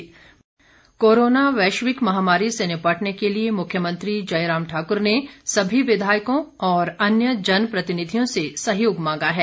वक्तव्य कोरोना वैश्विक महामारी से निपटने के लिए मुख्यमंत्री जयराम ठाकुर ने सभी विधायकों और अन्य जनप्रतिनिधियों से सहयोग मांगा है